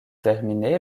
terminée